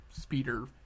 speeder